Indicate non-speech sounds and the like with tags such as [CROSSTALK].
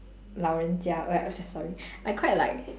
老人家：lao ren jia [NOISE] sorry I quite like